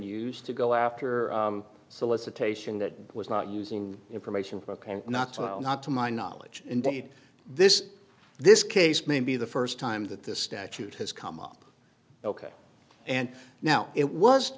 used to go after solicitation that was not using information not to not to my knowledge indeed this this case may be the first time that this statute has come up ok and now it was